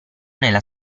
nella